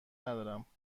ندارم